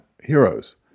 heroes